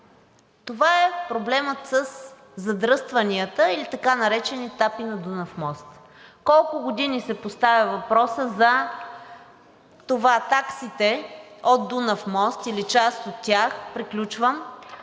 Това е проблемът със задръстванията, или така наречените тапи на Дунав мост. Колко години се поставя въпросът за това таксите от Дунав мост или част от тях